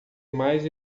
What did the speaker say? mais